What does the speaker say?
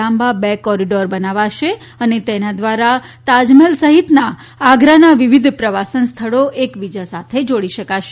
લાંબા બે કોરીડોર બનાવશે અને તેના ધ્વારા તાજમહેલ સફીતના આગ્રાના વિવિધ પ્રવાસન સ્થળો એકસાથે જોડી શકાશે